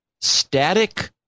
static